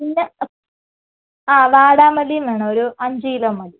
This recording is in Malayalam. പിന്നെ ആ വാടമല്ലിയും വേണം ഒരു അഞ്ചുകിലോ മതി